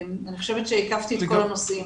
אני חושבת שהקפתי את כל הנושאים.